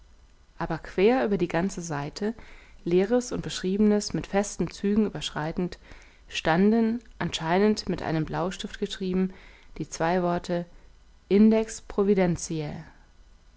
aber quer über die ganze seite leeres und beschriebenes mit festen zügen überschreitend standen anscheinend mit einem blaustift geschrieben die zwei worte index